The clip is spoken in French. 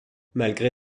malgré